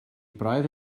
braidd